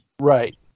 Right